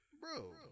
Bro